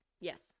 yes